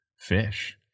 fish